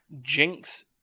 Jinx